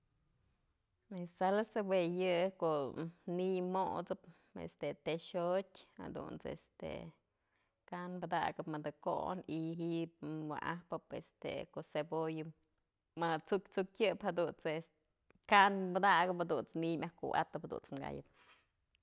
Yë salsa jue yë ko'o ni'iy mot'sëp, este tex jotyë jadunt's este kan padakëp mëdë ko'on y ji'ib wa'ajpëp este ko'o cebolla ma t'suksukyëp jadunt's este kan padakëp jadunt's ni'iy myaj kuwa'atëp jadunt's kayëp.